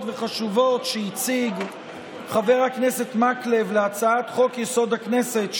וחשובות שהציג חבר הכנסת מקלב להצעת חוק-יסוד: הכנסת,